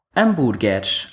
hambúrgueres